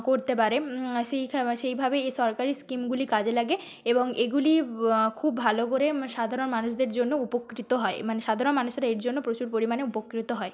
করতে পারে সেইভাবেই এই সরকারি স্কিমগুলি কাজে লাগে এবং এগুলি খুব ভালো করে সাধারণ মানুষদের জন্য উপকৃত হয় মানে সাধারণ মানুষেরা এর জন্য প্রচুর পরিমাণে উপকৃত হয়